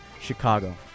Chicago